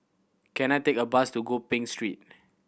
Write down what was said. can I take a bus to Gopeng Street